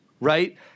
right